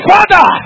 Father